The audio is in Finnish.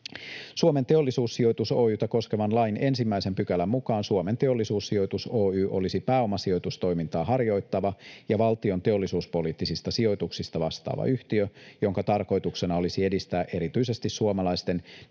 Suomen Teollisuussijoitus Oy:tä koskevan lain 1 §:n mukaan Suomen Teollisuussijoitus Oy olisi pääomasijoitustoimintaa harjoittava ja valtion teollisuuspoliittisista sijoituksista vastaava yhtiö, jonka tarkoituksena olisi edistää erityisesti suomalaisten pienten